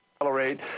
...accelerate